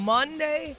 Monday